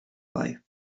life